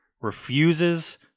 refuses